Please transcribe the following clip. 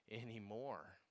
anymore